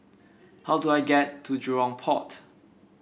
how do I get to Jurong Port